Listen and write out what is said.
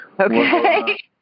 Okay